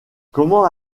comment